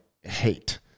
hate